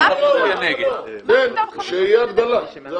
--- שיהיה הבדלה.